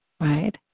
right